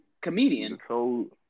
comedian